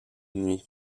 nuit